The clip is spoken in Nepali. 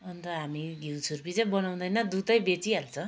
अन्त हामी घिउ छुर्पी चाहिँ बनाउँदैन दुधै बेचिहाल्छ